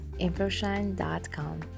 InfoShine.com